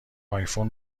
آیفون